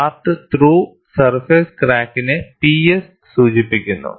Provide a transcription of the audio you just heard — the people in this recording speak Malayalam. പാർട്ട് ത്രൂ സർഫേസ് ക്രാക്കിനെ P S സൂചിപ്പിക്കുന്നു